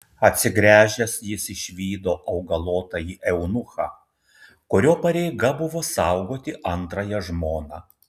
atsigręžęs jis išvydo augalotąjį eunuchą kurio pareiga buvo saugoti antrąją žmoną